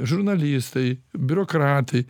žurnalistai biurokratai